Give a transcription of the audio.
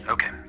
Okay